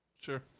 Sure